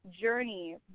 journey